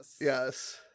Yes